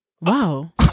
Wow